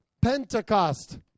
Pentecost